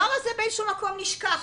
באיזשהו מקום הדבר הזה נשכח,